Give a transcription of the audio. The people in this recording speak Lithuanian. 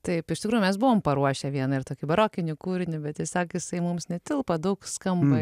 taip iš tikrųjų mes buvom paruošę vieną ir tokį barokinį kūrinį bet tiesiog jisai mums netelpo daug skamba